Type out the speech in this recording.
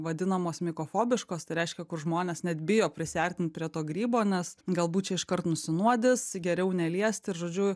vadinamos mikofobiškos tai reiškia kur žmonės net bijo prisiartint prie to grybo nes galbūt čia iškart nusinuodis geriau neliesti ir žodžiu